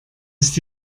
ist